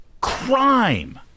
crime